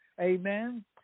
Amen